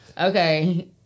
Okay